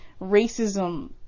racism